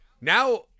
Now